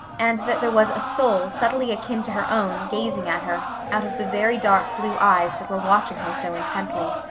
and that there was a soul subtly akin to her own gazing at her out of the very dark blue eyes that were watching her so intently.